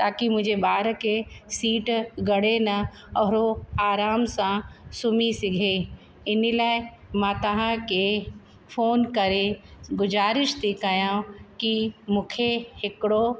ताकि मुंहिंजे ॿार खे सीट गॾे न और उहो आराम सां सुम्ही सघे हिन लाइ मां तव्हांखे फोन करे गुज़ारिश थी कयां कि मूंखे हिकिड़ो